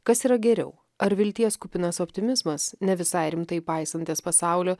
kas yra geriau ar vilties kupinas optimizmas ne visai rimtai paisantis pasaulio